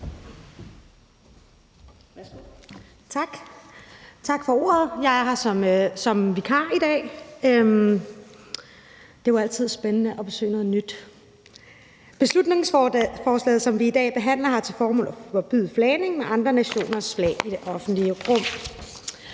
Tak for ordet. Jeg er her som vikar i dag; det er jo altid spændende at besøge noget nyt. Beslutningsforslaget, som vi i dag behandler, har til formål at forbyde flagning med andre nationers flag i det offentlige rum.